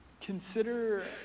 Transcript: consider